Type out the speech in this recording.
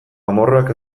amorruak